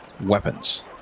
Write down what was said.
weapons